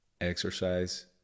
exercise